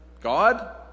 God